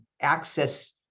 access